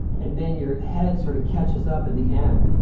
and then your head sort of catches up at the end.